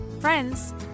friends